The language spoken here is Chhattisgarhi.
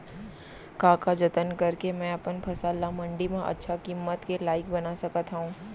का का जतन करके मैं अपन फसल ला मण्डी मा अच्छा किम्मत के लाइक बना सकत हव?